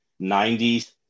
90s